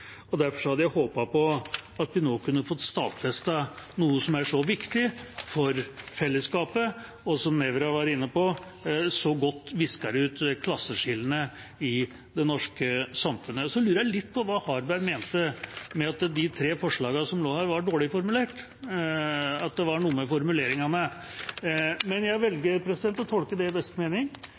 Derfor hadde jeg håpet på at vi nå kunne fått stadfestet noe som er så viktig for fellesskapet, og som så godt – slik representanten Nævra var inne på – visker ut klasseskillene i det norske samfunnet. Så lurer jeg litt på hva representanten Harberg mente med at de tre forslagene som er her, var dårlig formulert, at det var noe med formuleringene. Men jeg velger å tolke det i beste mening